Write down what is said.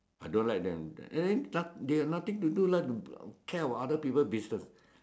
I don't like them and then noth~ they got nothing to do like to care about other people's business